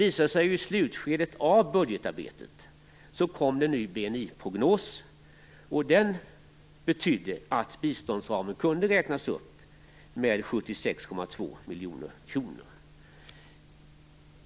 I slutskedet av budgetarbetet kom en ny BNI-prognos, och den betydde att biståndsramen kunde utökas med 76,2 miljoner kronor.